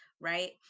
right